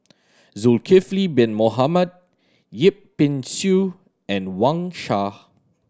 Zulkifli Bin Mohamed Yip Pin Xiu and Wang Sha